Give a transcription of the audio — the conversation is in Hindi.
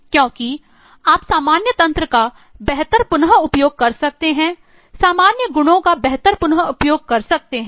क्योंकि आप सामान्य तंत्र का बेहतर पुन उपयोग कर सकते हैं सामान्य गुणों का बेहतर पुन उपयोग कर सकते हैं